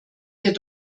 wir